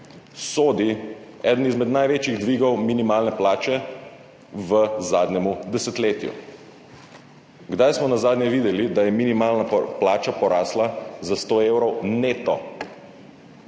sodi eden izmed največjih dvigov minimalne plače v zadnjem desetletju. Kdaj smo nazadnje videli, da je minimalna plača porasla za 100 evrov neto?